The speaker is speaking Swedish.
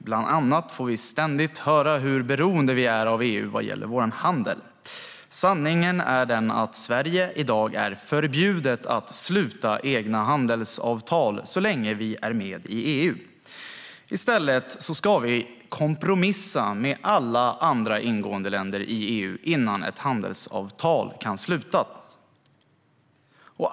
Bland annat får vi ständigt höra hur beroende vi är av EU vad gäller vår handel. Sanningen är den att vi i Sverige i dag är förbjudna att sluta egna handelsavtal så länge vi är med i EU. I stället ska vi kompromissa med alla andra i EU ingående länder innan ett handelsavtal kan slutas.